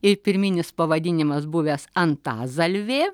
ir pirminis pavadinimas buvęs antazalvė